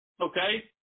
Okay